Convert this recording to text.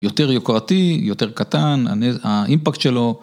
יותר יוקרתי, יותר קטן, הנ... האימפקט שלו.